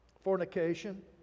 fornication